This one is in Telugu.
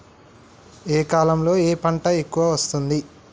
ఏ కాలంలో ఏ పంట ఎక్కువ వస్తోంది?